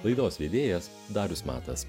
laidos vedėjas darius matas